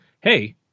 hey